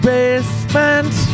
Basement